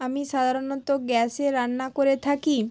আমি সাধারণত গ্যাসে রান্না করে থাকি